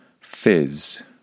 fizz